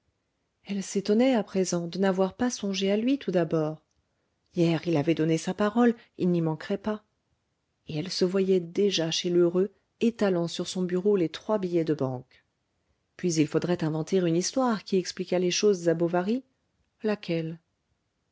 elle s'étonnait à présent de n'avoir pas songé à lui tout d'abord hier il avait donné sa parole il n'y manquerait pas et elle se voyait déjà chez lheureux étalant sur son bureau les trois billets de banque puis il faudrait inventer une histoire qui expliquât les choses à bovary laquelle